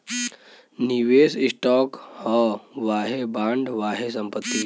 निवेस स्टॉक ह वाहे बॉन्ड, वाहे संपत्ति